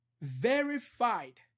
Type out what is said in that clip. Verified